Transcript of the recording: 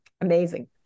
amazing